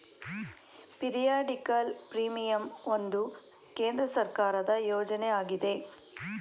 periodical premium ಒಂದು ಕೇಂದ್ರ ಸರ್ಕಾರದ ಯೋಜನೆ ಆಗಿದೆ